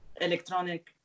electronic